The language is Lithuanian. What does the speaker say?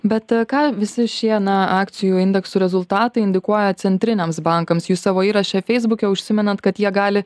bet ką visi šie na akcijų indeksų rezultatai indikuoja centriniams bankams jūs savo įraše feisbuke užsimenat kad jie gali